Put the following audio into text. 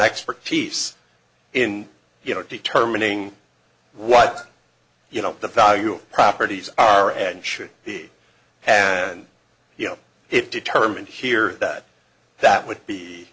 expertise in you know determining what you know the value properties are and should be and you know it determined here that that would be